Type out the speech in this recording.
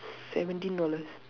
seventeen dollars